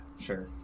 sure